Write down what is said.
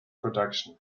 production